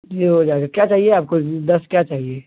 जी हो जाएगा क्या चाहिए आपको दस क्या चाहिए